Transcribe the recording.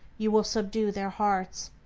you will subdue their hearts.